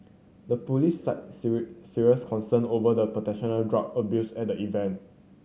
the police cited serious concern over the potential drug abuse at the event